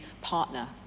partner